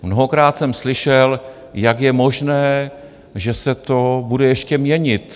Mnohokrát jsem slyšel, jak je možné, že se to bude ještě měnit.